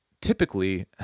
typically